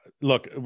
Look